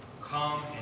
come